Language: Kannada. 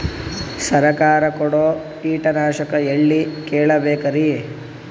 ಸರಕಾರ ಕೊಡೋ ಕೀಟನಾಶಕ ಎಳ್ಳಿ ಕೇಳ ಬೇಕರಿ?